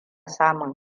samun